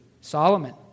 Solomon